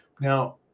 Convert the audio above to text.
Now